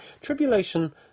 Tribulation